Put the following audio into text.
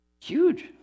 Huge